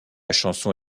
chanson